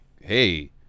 hey